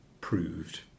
proved